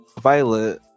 Violet